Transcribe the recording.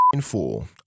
fool